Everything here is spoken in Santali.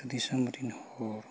ᱫᱤᱥᱚᱢ ᱨᱤᱱ ᱦᱚᱲ